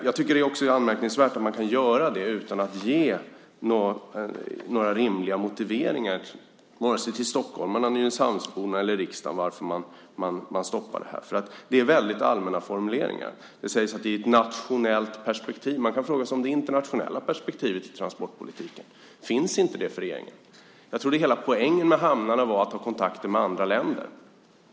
Jag tycker att det är anmärkningsvärt att man kan göra det utan att ge några rimliga motiveringar till vare sig stockholmarna, Nynäshamnsborna eller riksdagen om varför man stoppar detta. Det är väldigt allmänna formuleringar. Det sägs att det är ett nationellt perspektiv. Man kan fråga sig om det internationella perspektivet i transportpolitiken inte finns för regeringen. Jag trodde att hela poängen med hamnarna var att ha kontakter med andra länder.